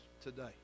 today